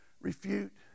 refute